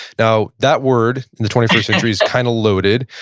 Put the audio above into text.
now that words in the twenty first century is kind of loaded.